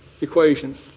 equation